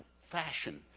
fashion